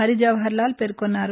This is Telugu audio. హరిజవహర్లాల్ పేర్కొన్నారు